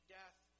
death